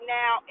now